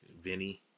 Vinny